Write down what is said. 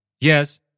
Yes